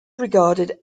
regarded